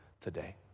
today